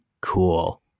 cool